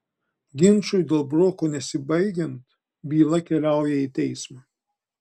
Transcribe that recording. ginčui dėl broko nesibaigiant byla keliauja į teismą